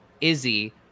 Izzy